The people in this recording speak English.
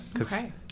Okay